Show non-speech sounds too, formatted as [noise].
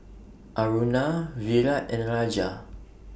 [noise] Aruna Virat and Raja